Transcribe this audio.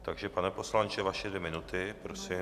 Takže, pane poslanče, vaše dvě minuty, prosím.